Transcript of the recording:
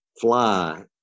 fly